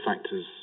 factors